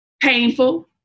painful